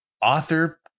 author